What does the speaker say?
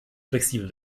flexibel